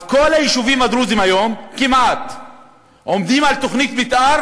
אז כמעט כל היישובים הדרוזיים היום עומדים על תוכנית מתאר